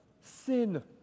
sin